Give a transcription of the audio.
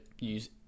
use